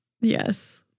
Yes